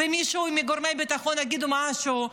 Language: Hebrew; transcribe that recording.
מישהו מגורמי הביטחון יגיד משהו,